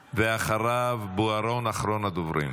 ואחריו, בוארון, אחרון הדוברים.